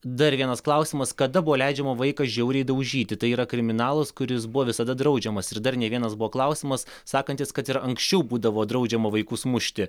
dar vienas klausimas kada buvo leidžiama vaiką žiauriai daužyti tai yra kriminalas kuris buvo visada draudžiamas ir dar ne vienas buvo klausimas sakantis kad ir anksčiau būdavo draudžiama vaikus mušti